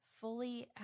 fully